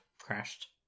crashed